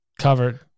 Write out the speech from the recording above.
Covered